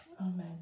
Amen